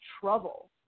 trouble